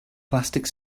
plastic